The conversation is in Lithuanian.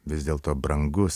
vis dėlto brangus